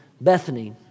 Bethany